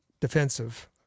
Defensive